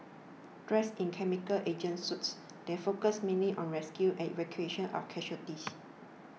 dressed in chemical agent suits they focused mainly on rescue and evacuation of casualties